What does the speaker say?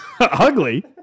ugly